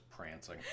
prancing